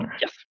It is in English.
Yes